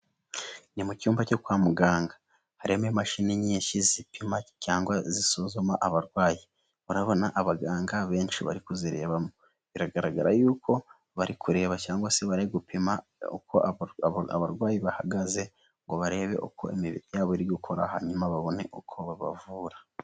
Ni mu cyumba cyo kwa muganga, harimo imashini nyinshi zipima cyangwa zisuzuma abarwayi, murabona abaganga benshi bari kuzireba, biragaragara yuko bari kureba cyangwa se bari gupima uko abarwayi bahagaze, ngo barebe uko iminiri yabo iri gukora hanyuma babone uko babavura.